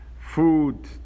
food